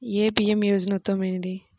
ఏ PM Yojana ఉత్తమమైనది?